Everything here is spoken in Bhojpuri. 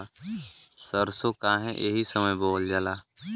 सरसो काहे एही समय बोवल जाला?